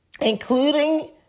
including